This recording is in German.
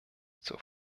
zur